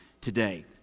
today